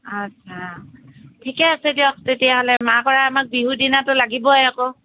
আচ্ছা ঠিকেই আছে দিয়ক তেতিয়াহ'লে মাহকৰাই আমাক বিহুৰ দিনাতো লাগিবই আকৌ